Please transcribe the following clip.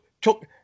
took